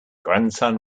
grandson